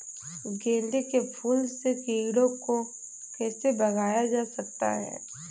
गेंदे के फूल से कीड़ों को कैसे भगाया जा सकता है?